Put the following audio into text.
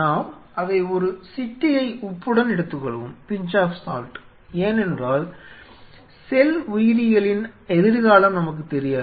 நாம் அதை ஒரு சிட்டிகை உப்புடன் எடுத்துக்கொள்வோம் ஏனென்றால் செல் உயிரியலின் எதிர்காலம் நமக்குத் தெரியாது